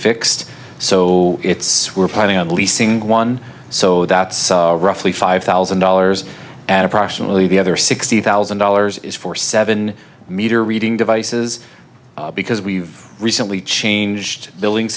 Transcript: fixed so it's we're planning on releasing one so that's roughly five thousand dollars at approximately the other sixty thousand dollars for seven meter reading devices because we've recently changed billing